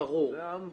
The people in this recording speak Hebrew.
ברור.